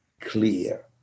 clear